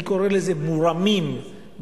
אני קורא לזה "מורמים בעם".